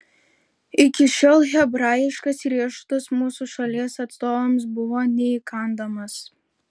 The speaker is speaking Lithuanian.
iki šiol hebrajiškas riešutas mūsų šalies atstovams buvo neįkandamas